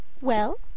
Well